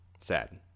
sad